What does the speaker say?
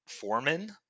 Foreman